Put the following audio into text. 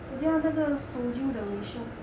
我觉得他那个 soju the ratio